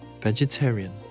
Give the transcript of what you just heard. vegetarian